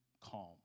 calm